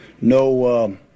no